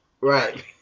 Right